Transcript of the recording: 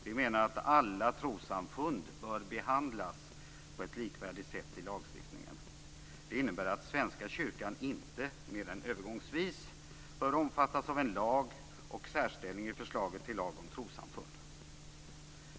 Vi menar att alla trossamfund bör behandlas på ett likvärdigt sätt i lagstiftningen. Det innebär att Svenska kyrkan inte mer än övergångsvis bör omfattas av en lag och en särställning i förslaget till lag om trossamfund.